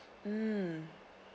mm